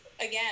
again